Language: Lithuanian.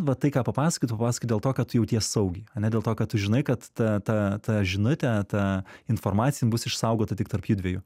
va tai ką papasakoji tu papasakoji dėl to kad jauties saugiai ane dėl to kad tu žinai kad ta ta ta žinutė ta informacija jin bus išsaugota tik tarp judviejų